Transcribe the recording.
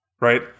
right